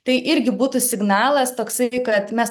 tai irgi būtų signalas toksai kad mes